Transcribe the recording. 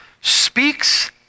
speaks